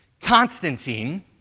Constantine